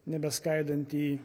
nebeskaidant į